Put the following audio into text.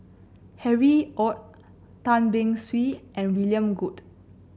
Harry Ord Tan Beng Swee and William Goode